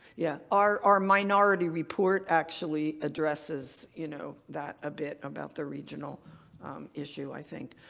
yeah. our our minority report actually addresses, you know, that a bit about the regional issue i think,